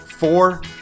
Four